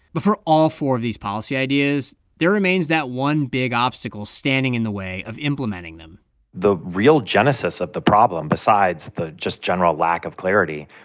but for all four of these policy ideas, there remains that one big obstacle standing in the way of implementing them the real genesis of the problem, besides the just general lack of clarity,